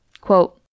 quote